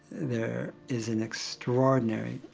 there is an extraordinary,